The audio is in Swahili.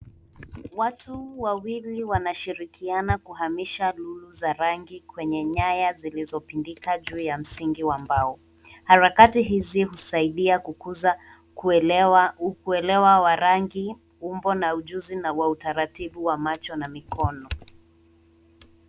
Watu wawili wanashirikiana kuhamisha lulu za rangi kwenye nyaya zilizopindika juu ya msingi wa mbao. Harakati hizi husaidia kukuza, kuelewa wa rangi ,umbo, ujuzi na wa utaratibu wa macho na mikono.